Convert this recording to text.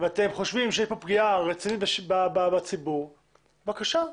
ואתם חושבים שיש כאן פגיעה רצינית בציבור, בבקשה,